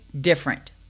different